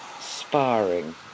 sparring